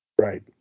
Right